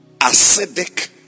Acidic